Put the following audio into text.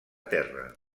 terra